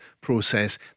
process